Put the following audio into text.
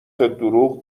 دروغ